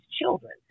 children